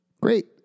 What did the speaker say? Great